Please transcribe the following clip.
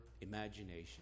imagination